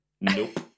Nope